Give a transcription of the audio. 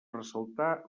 ressaltar